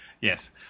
Yes